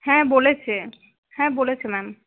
হ্যাঁ বলেছে হ্যাঁ বলেছে ম্যাম